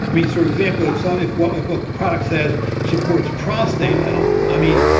i mean, for example, if so if what if what product says supports prostate health? i mean,